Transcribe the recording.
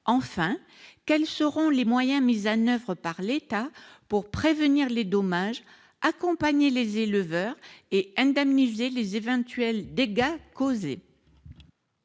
Enfin, quels seront les moyens mis en oeuvre par l'État pour prévenir les dommages, accompagner les éleveurs et indemniser les éventuels dégâts causés ?